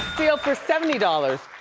steal for seventy dollars.